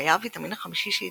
והיה הוויטמין החמישי שהתגלה.